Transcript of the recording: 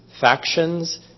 factions